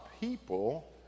people